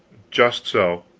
just so.